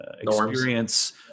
experience